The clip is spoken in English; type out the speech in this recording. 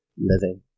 living